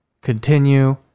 continue